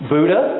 Buddha